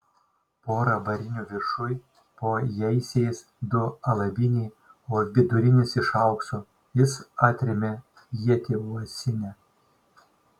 pora varinių viršuj po jaisiais du alaviniai o vidurinis iš aukso jis atrėmė ietį uosinę